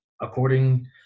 According